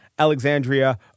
Alexandria